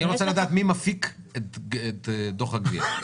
אני רוצה לדעת מי מפיק את דוח הגבייה.